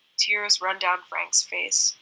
tears run down frank's face.